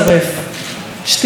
שתיקה היא לא אופציה.